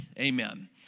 amen